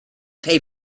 pay